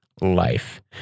life